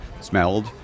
smelled